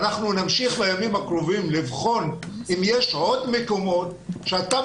ואנחנו נמשיך בימים הקרובים לבחון אם יש עוד מקומות שהתו